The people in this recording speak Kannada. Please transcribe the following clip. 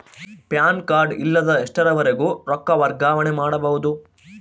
ಪ್ಯಾನ್ ಕಾರ್ಡ್ ಇಲ್ಲದ ಎಷ್ಟರವರೆಗೂ ರೊಕ್ಕ ವರ್ಗಾವಣೆ ಮಾಡಬಹುದು?